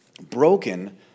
broken